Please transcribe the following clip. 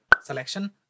selection